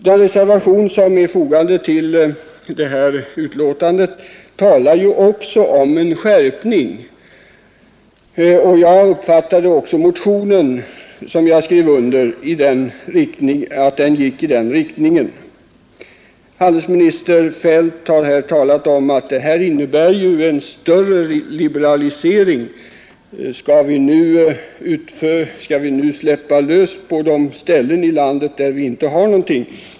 Den reservation som är fogad till betänkandet talar ju också om skärpning, och jag uppfattade också att den motion som jag skrev under gick i den riktningen. Handelsminister Feldt har sagt att reservationen innebär en större liberalisering. Skall vi nu släppa lös på de ställen där vi inte har söndagsöppet i någon större utsträckning eller ingen alls?